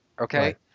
okay